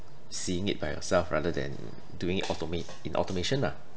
seeing it by yourself rather than doing it automate in automation lah